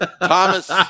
Thomas